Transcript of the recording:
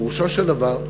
פירושו של דבר,